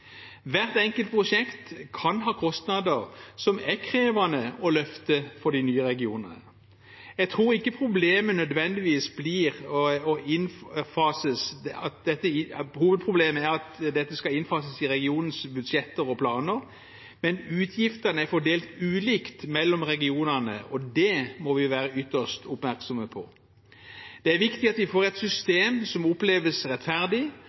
Hvert enkelt prosjekt kan ha kostnader som er krevende å løfte for de nye regionene. Jeg tror ikke hovedproblemet er at dette skal innfases i regionenes budsjetter og planer, men utgiftene er fordelt ulikt mellom regionene, og det må vi være ytterst oppmerksomme på. Det er viktig at vi får et system som oppleves rettferdig,